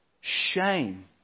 shame